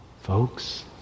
folks